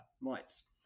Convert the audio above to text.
mites